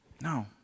No